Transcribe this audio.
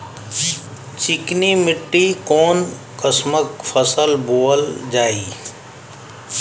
चिकनी मिट्टी में कऊन कसमक फसल बोवल जाई?